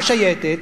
השייטת,